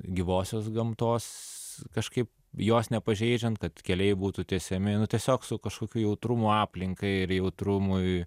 gyvosios gamtos kažkaip jos nepažeidžiant kad keliai būtų tiesiami nu tiesiog su kažkokiu jautrumo aplinkai ir jautrumui